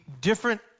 different